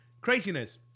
craziness